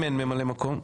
אם אין ממלא מקום?